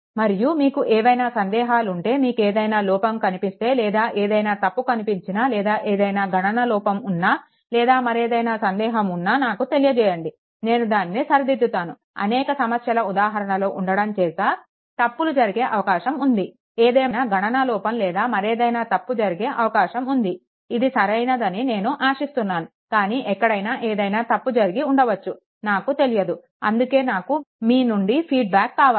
మరియు మీకు ఏవైనా సందేహాలు ఉంటే మీకు ఏదైనా లోపం కనిపిస్తే లేదా ఏదైనా తప్పు కనిపించినా లేదా ఏదైనా గణన లోపం ఉన్నా లేదా మరేదైనా సందేహం ఉన్నా నాకు తెలియజేయండి నేను దానిని సరిదిద్దుతాను అనేక సమస్యల ఉదాహరణలు ఉండడం చేత తప్పులు జరిగే అవకాశం ఉంది ఏదైనా గణన లోపం లేదా మరేదైనా తప్పు జరిగే అవకాశం ఉంది ఇది సరైనదని నేను ఆశిస్తున్నాను కానీ ఎక్కడైనా ఏదైనా తప్పు జరిగి ఉండవచ్చు నాకు తెలియదు అందుకే నాకు మీ నుండి ఫీడ్ బ్యాక్ కావాలి